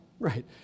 Right